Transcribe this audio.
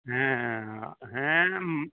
ᱦᱮᱸ ᱦᱮᱸ